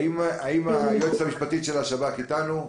האם היועצת המשפטית של השב"כ איתנו?